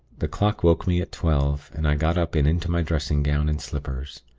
the clock woke me at twelve, and i got up and into my dressing gown and slippers.